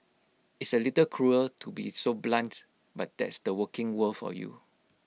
it's A little cruel to be so blunt but that's the working world for you